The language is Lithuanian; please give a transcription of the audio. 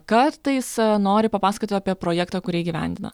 kartais nori papasakoti apie projektą kurį įgyvendina